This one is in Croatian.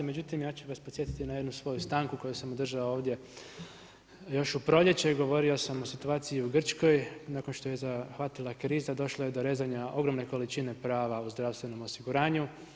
Međutim, ja ću vas podsjetiti na jednu svoju stanku koju sam održao ovdje još u proljeće i govorio sam i o situaciji u Grčkoj nakon što je zahvatila kriza došlo je do rezanja ogromne količine prava u zdravstvenom osiguranju.